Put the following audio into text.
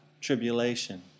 tribulation